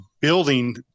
building